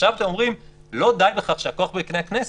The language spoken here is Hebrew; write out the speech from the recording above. עכשיו אתם אומרים שלא די בכך שהכוח בידי הכנסת,